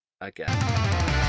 again